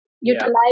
utilize